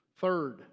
Third